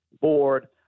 Board